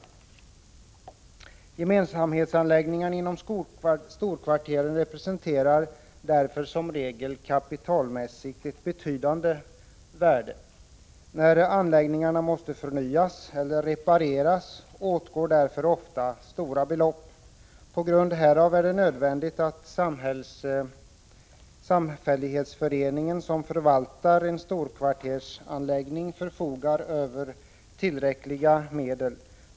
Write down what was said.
Därför representerar gemensamhetsanläggningar inom storkvarter som regel kapitalmässigt ett betydande värde. När anläggningarna måste förnyas eller repareras åtgår ofta stora belopp. På grund härav är det nödvändigt att samfällighetsförening som förvaltar en storkvartersanläggning förfogar över tillräckliga medel.